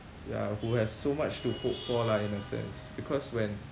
ya who has so much to hope for lah in a sense because when